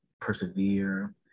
persevere